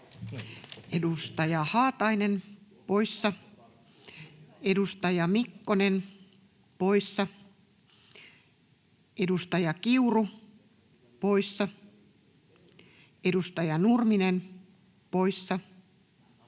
Edustaja Haatainen, poissa. Edustaja Mikkonen, poissa. Edustaja Kiuru, poissa. Edustaja Nurminen, poissa.